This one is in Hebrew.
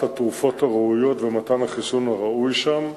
התרופות הראויות ומתן החיסון הראוי שם.